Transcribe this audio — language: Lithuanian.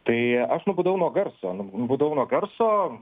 tai aš nubudau nuo garso nubudau nuo garso